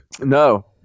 no